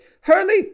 Hurley